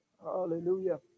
Hallelujah